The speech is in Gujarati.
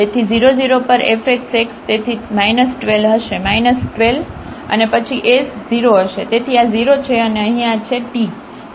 તેથી 0 0 પર fxx તેથી 12 હશે 12 હશે અને પછી s 0 હશે તેથી આ 0 છે અને અહીં આ છે t